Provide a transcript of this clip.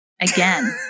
again